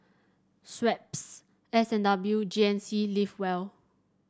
Schweppes S and W and G N C Live Well